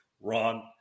Ron